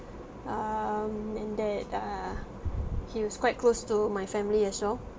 um and that uh he was quite close to my family as well